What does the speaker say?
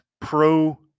pro